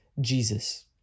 Jesus